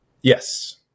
yes